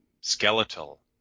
skeletal